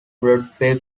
broadway